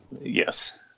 Yes